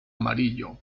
amarillo